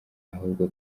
ahubwo